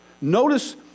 Notice